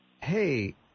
hey